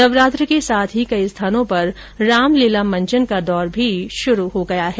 नवरात्र के साथ ही कई स्थानों पर रामलीला मंचन का दौर भी शुरू हो गया है